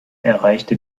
erreichte